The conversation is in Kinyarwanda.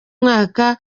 mwaka